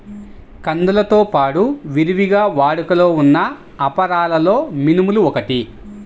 కందులతో పాడు విరివిగా వాడుకలో ఉన్న అపరాలలో మినుములు ఒకటి